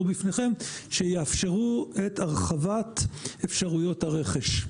בפניכם שיאפשרו את הרחבת אפשרויות הרכש.